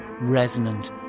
resonant